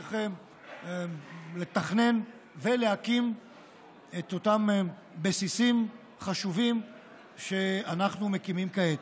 צריך לתכנן ולהקים את אותם בסיסים חשובים שאנחנו מקימים כעת.